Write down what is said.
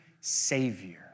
savior